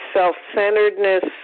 self-centeredness